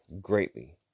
greatly